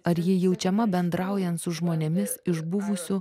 ar ji jaučiama bendraujant su žmonėmis iš buvusių